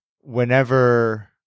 whenever